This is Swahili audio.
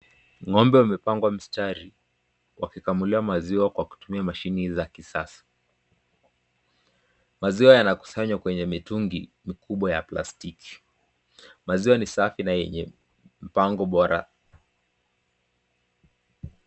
Ng'ombe amepangwa mstari wakikamuliwa maziwa kwa kutumia mashine za kisasa. Maziwa yanakusanywa kwenye mitungi mikubwa ya plastiki maziwa ni safi na yenye mpango bora.